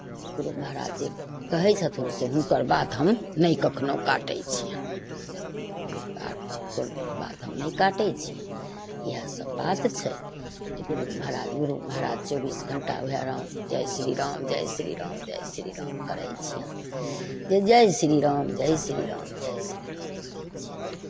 गुरू महाराज जे कहै छथुन से हुनकर बात हम नहि कखनहु काटै छियनि सभ हुनकर बात नहि कोनो बात हम नहि काटै छियनि इएहसभ बात छै हे गुरू महाराज गुरू महाराज चौबीस घण्टा उएह राम जय श्रीराम जय श्रीराम जय श्रीराम करै छियनि जय जय श्रीराम जय श्रीराम जय श्रीराम करै छियनि